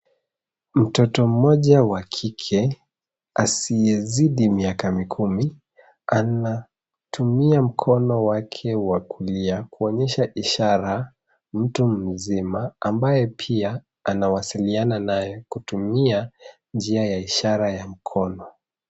Mtoto mmoja wa kike asiyezidi miaka mikumi, anatumia mkono wake wa kulia kuonyesha ishara . Mtu mzima ambaye pia anawasiliana naye kutumia ishara ya mkono.